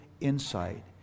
insight